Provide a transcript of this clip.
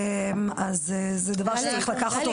אז זה דבר שצריך לקחת אותו בחשבון.